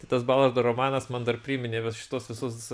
tai tas balardo romanas man dar priminė va šituos visus